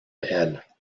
elle